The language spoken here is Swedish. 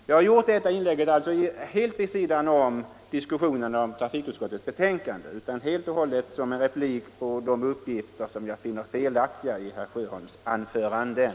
Jag har gjort detta inlägg vid sidan om diskussionen om trafikutskottets betänkande och helt och hållet som en replik på de uppgifter som jag finner felaktiga i herr Sjöholms anföranden.